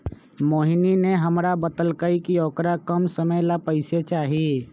मोहिनी ने हमरा बतल कई कि औकरा कम समय ला पैसे चहि